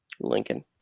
Lincoln